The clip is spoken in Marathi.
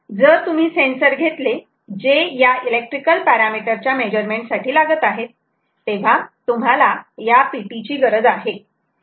जर तुम्ही सेन्सर घेतले जे या इलेक्ट्रिकल पॅरामिटर च्या मेजरमेंट साठी लागत आहेत तेव्हा तुम्हाला या PT ची गरज आहे